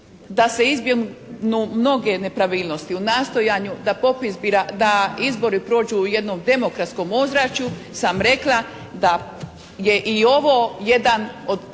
da se izbjegnu mnoge nepravilnosti, u nastojanju da popis, da izbori prođu u jednom demokratskom ozračju sam rekla da je i ovo jedan od